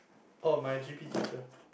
oh my g_p teacher